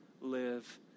live